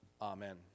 Amen